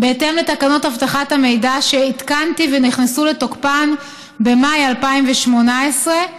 בהתאם לתקנות אבטחת המידע שעדכנתי ונכנסו לתוקפן במאי 2018,